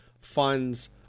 funds